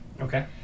Okay